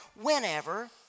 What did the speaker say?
whenever